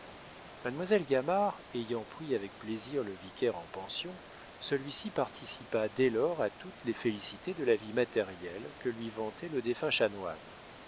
mademoiselle gamard ayant pris avec plaisir le vicaire en pension celui-ci participa dès-lors à toutes les félicités de la vie matérielle que lui vantait le défunt chanoine